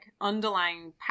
underlying